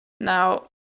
Now